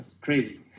crazy